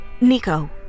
Nico